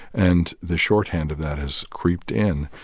and the shorthand of that has creeped in.